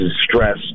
stress